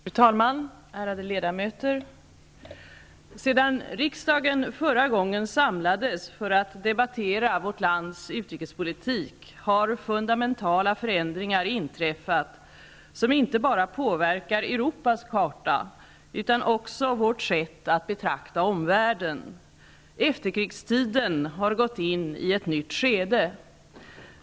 Fru talman! Ärade ledamöter! Sedan riksdagen förra gången samlades för att debattera vårt lands utrikespolitik har fundamentala förändringar inträffat som inte bara påverkar Europas karta, utan också vårt sätt att betrakta omvärlden. Efterkrigstiden har gått in i ett nytt skede.